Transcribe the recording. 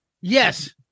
Yes